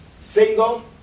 single